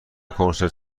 کنسرت